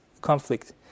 conflict